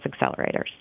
accelerators